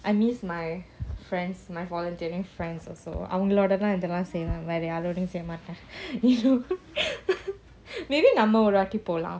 I miss my friends my volunteering friends also அவங்களோடஇதெல்லாம்செய்வேன்வேறயார்கொடையும்செய்யமாட்டேன்:avangaloda idhellam seiven vera yarkoodayum seyyamaten you know maybe நம்மஒருவாட்டிபோலாம்:namma oruvaati polam